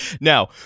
Now